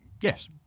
Yes